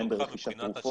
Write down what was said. הן ברכישת תרופות.